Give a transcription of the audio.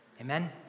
Amen